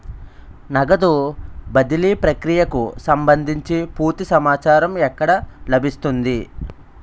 నగదు బదిలీ ప్రక్రియకు సంభందించి పూర్తి సమాచారం ఎక్కడ లభిస్తుంది?